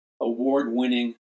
award-winning